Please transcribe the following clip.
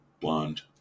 blonde